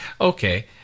Okay